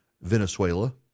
Venezuela